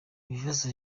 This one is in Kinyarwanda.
ibibazo